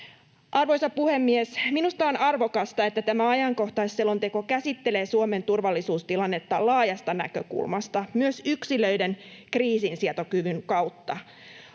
Arvoisa puhemies! Minusta on arvokasta, että tämä ajankohtaisselonteko käsittelee Suomen turvallisuustilannetta laajasta näkökulmasta, myös yksilöiden kriisinsietokyvyn kautta.